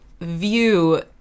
view